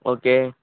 okay